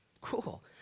Cool